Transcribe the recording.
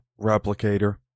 replicator